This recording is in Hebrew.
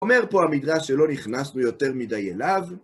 אומר פה המדרש שלא נכנסנו יותר מדי אליו,